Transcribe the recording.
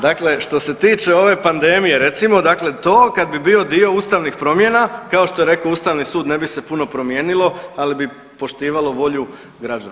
Dakle, što se tiče ove pandemije recimo to kad bi bio dio ustavnih promjena kao što je rekao Ustavni sud ne bi se puno promijenilo, ali bi poštivalo volju građana.